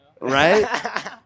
right